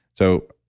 so,